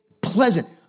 pleasant